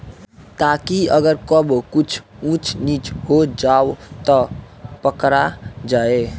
ताकि अगर कबो कुछ ऊच नीच हो जाव त पकड़ा जाए